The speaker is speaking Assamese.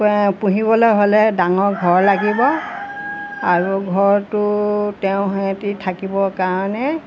পুহিবলৈ হ'লে ডাঙৰ ঘৰ লাগিব আৰু ঘৰটো তেওঁৰ সৈতে থাকিবৰ কাৰণে